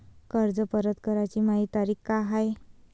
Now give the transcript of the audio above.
कर्ज परत कराची मायी तारीख का हाय?